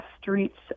Street's